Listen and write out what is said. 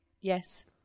Yes